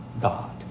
God